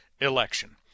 election